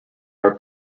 are